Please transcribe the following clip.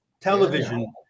television